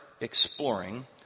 exploring